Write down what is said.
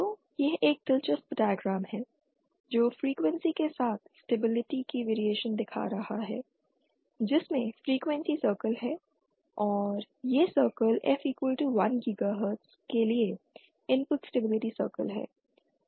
तो यह एक दिलचस्प डायग्राम है जो फ्रीक्वेंसी के साथ स्टेबिलिटी की वेरिएशन दिखा रहा है जिसमें फ्रीक्वेंसी सर्कल है और यह सर्कल f 1 गीगाहर्ट्ज़ के लिए इनपुट स्टेबिलिटी सर्कल है